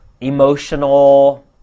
Emotional